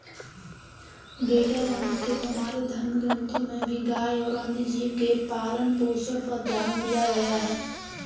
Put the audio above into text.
बेटा जानते हो हमारे धर्म ग्रंथों में भी गाय और अन्य जीव के पालन पोषण पर ध्यान दिया गया है